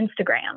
Instagram